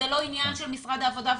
זה לא עניין של משרד העבודה והרווחה.